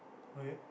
okay